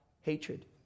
hatred